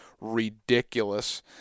ridiculous